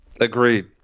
Agreed